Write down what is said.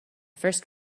first